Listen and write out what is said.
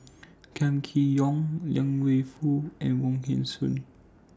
Kam Kee Yong Liang Wenfu and Wong Hong Suen